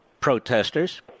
protesters